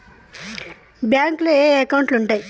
బ్యాంకులో ఏయే అకౌంట్లు ఉంటయ్?